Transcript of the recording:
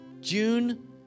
June